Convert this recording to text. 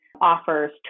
offers